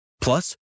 Plus